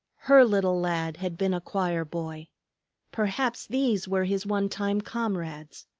her little lad had been a choir boy perhaps these were his one-time comrades.